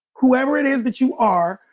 whoever it is that you are.